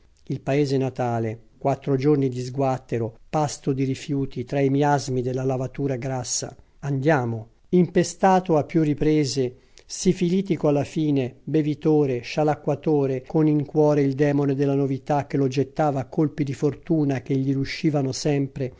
il paese natale quattro giorni di sguattero pasto di rifiuti tra i miasmi della lavatura grassa andiamo impestato a più riprese sifilitico alla fine bevitore scialacquatore con in cuore il demone della novità che lo gettava a colpi di fortuna che gli riuscivano sempre